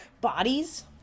bodies